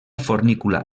fornícula